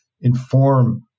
inform